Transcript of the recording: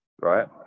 right